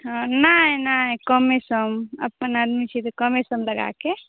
हँ नहि नहि कमेसम अपन आदमी छियै तऽ कमेसम लगाके